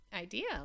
Idea